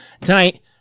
tonight